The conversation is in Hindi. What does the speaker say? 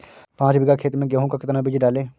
पाँच बीघा खेत में गेहूँ का कितना बीज डालें?